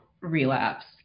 relapse